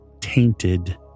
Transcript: tainted